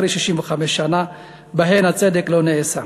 אחרי 65 שנה שבהן הצדק לא נעשה.